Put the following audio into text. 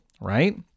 right